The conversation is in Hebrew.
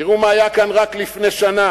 תראו מה היה כאן רק לפני שנה,